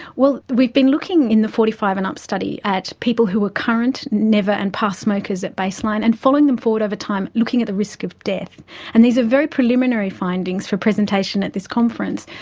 well, we've been looking in the forty five and up study at people who are current, never, and past smokers at baseline, and following them forward over time, looking at the risk of death and these are very preliminary findings for presentation at this conference,